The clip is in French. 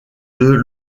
deux